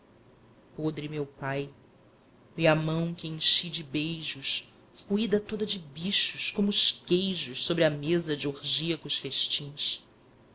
podre meu pai e a mão que enchi de beijos roída toda de bichos como os queijos sobre a mesa de orgíacos festins